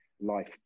life